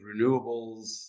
renewables